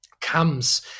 comes